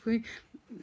ꯑꯩꯈꯣꯏ